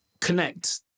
connect